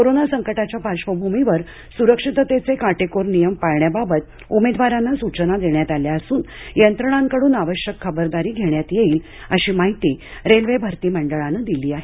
corona संकटाच्या पार्श्वभूमीवर सुरक्षिततेचे काटेकोर नियम पळण्याबाबत उमेदवारांना सूचना देण्यात आल्या असून यंत्रणांकडून आवश्यक खबरदारी धेण्यात येईल अशी माहिती रेल्वे भरती मंडळाने दिली आहे